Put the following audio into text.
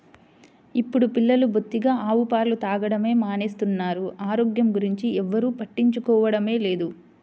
ఇప్పుడు పిల్లలు బొత్తిగా ఆవు పాలు తాగడమే మానేస్తున్నారు, ఆరోగ్యం గురించి ఎవ్వరు పట్టించుకోవడమే లేదు